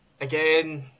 Again